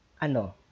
Ano